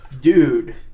Dude